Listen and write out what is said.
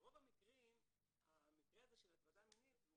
ברוב המקרים המקרה הזה של הטרדה מינית הוא